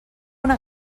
una